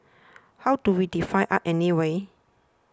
how do we define art anyway